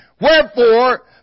Wherefore